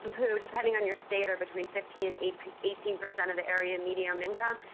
who, depending on your state, are between fifteen and eighteen percent of the area medium income.